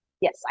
Yes